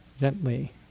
Gently